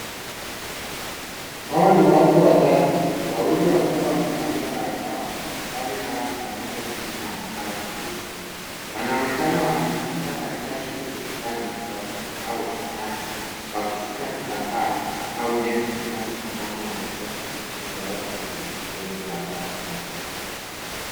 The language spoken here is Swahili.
Hawa ni watatu ,watu wawili wakiwa wamevalia barakoa wakifanya kazi pamoja kazi rahisi. Wanaonekana wakijikinda katika shughuli flani ya ushonaji wakishika vitambaaau nyezi zinazo fanana na izo zinazowekwa kwenye framu ya mbao.